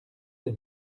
les